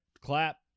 Clap